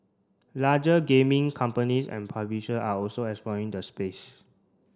larger gaming companies and publisher are also exploring the space